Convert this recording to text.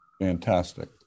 Fantastic